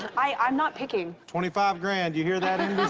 and i'm not picking. twenty five grand. you hear that, and